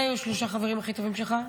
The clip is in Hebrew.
מי היו שלושת החברים הכי טובים שלך?